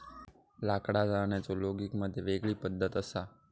लाकडा जाळण्याचो लोगिग मध्ये वेगळी पद्धत असा